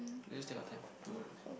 just take your time no worries